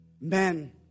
Men